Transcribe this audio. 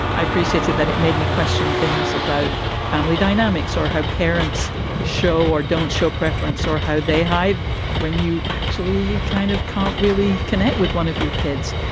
i appreciated that. it made me question things about family dynamics or how parents show or don't show preference or how they hide when you actually kind of can't really connect with one of your kids.